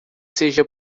seja